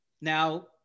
Now